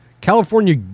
California